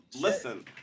Listen